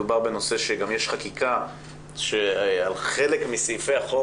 מדובר בנושא שגם יש חקיקה כאשר על חלק מסעיפי החוק